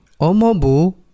Omobu